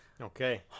Okay